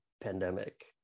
pandemic